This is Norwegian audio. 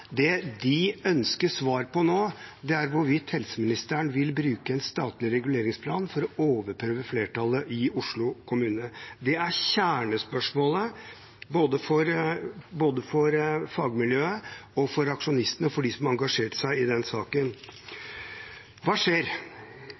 ønsker svar på nå, er hvorvidt helseministeren vil bruke en statlig reguleringsplan for å overprøve flertallet i Oslo kommune. Det er kjernespørsmålet både for fagmiljøet og for aksjonistene, for dem som har engasjert seg i denne saken.